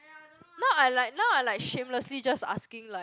now I like now I like shamelessly just asking like